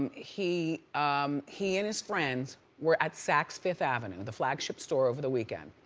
and he um he and his friends were at saks fifth avenue, the flagship store over the weekend.